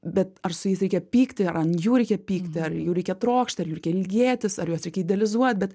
bet ar su jais reikia pykti ant jų reikia pykti ar jų reikia trokšti ilgėtis ar juos reikia idealizuot bet